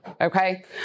okay